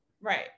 right